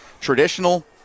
traditional